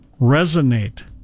resonate